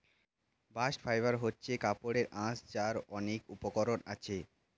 bast fibre হচ্ছে কাপড়ের আঁশ যার অনেক উপকরণ আছে